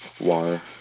Water